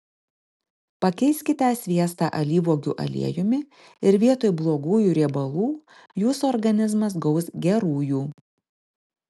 pakeiskite sviestą alyvuogių aliejumi ir vietoj blogųjų riebalų jūsų organizmas gaus gerųjų